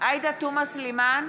עאידה תומא סלימאן,